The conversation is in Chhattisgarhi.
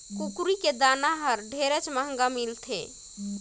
कुकरी के दाना हर ढेरेच महंगा मिलत हे